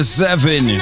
seven